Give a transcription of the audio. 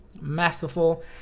masterful